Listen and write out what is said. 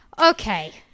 Okay